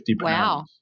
Wow